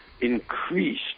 increased